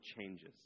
changes